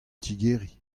tigeriñ